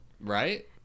Right